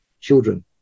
children